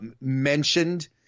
mentioned